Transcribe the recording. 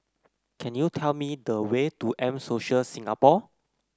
can you tell me the way to M Social Singapore